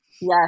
Yes